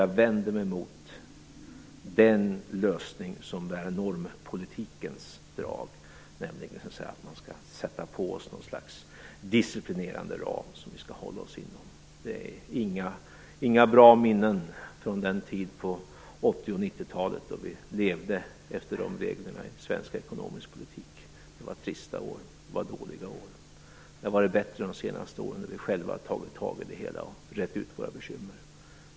Jag vänder mig mot den lösning som bär normpolitikens drag, dvs. att man skall sätta på oss något slags disciplinerande ram som vi skall hålla oss inom. Det finns inga bra minnen från den tid på 80 och 90-talet då vi levde efter de reglerna i svensk ekonomisk politik. Det var trista år. Det var dåliga år. Det har varit bättre de senaste åren när vi själva har tagit tag i problemen och rett ut våra bekymmer.